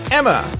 Emma